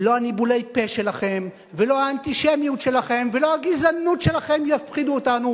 לא ניבולי הפה שלכם ולא האנטישמיות שלכם ולא הגזענות שלכם יפחידו אותנו.